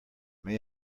may